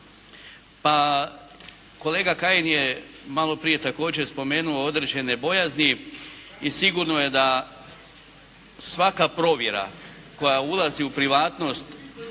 Pa kolega Kajin je malo prije također spomenuo određene bojazni i sigurno je da svaka provjera koja ulazi u privatnost